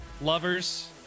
lovers